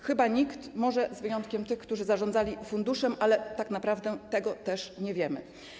Chyba nikt, może z wyjątkiem tych, którzy zarządzali funduszem, ale tak naprawdę tego też nie wiemy.